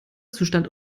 zustand